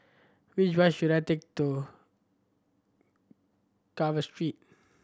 which bus should I take to Carver Street